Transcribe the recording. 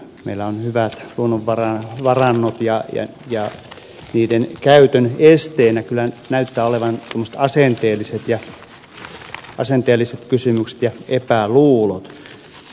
meillä on hyvät luonnonvarannot ja niiden käytön esteenä kyllä nyt näyttävät olevan asenteelliset kysymykset ja epäluulot